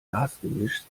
gasgemischs